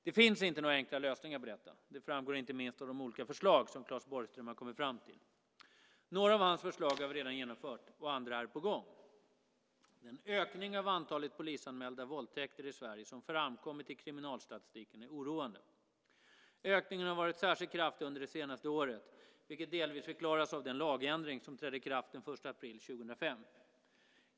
Det finns inte några enkla lösningar på detta - det framgår inte minst av de olika förslag som Claes Borgström har kommit fram till. Några av hans förslag har vi redan genomfört och andra är på gång. Den ökning av antalet polisanmälda våldtäkter i Sverige som framkommer i kriminalstatistiken är oroande. Ökningen har varit särskilt kraftig under det senaste året, vilket delvis förklaras av den lagändring som trädde i kraft den 1 april 2005.